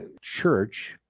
church